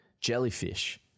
jellyfish